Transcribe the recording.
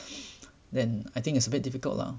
then I think it's a bit difficult lah